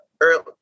early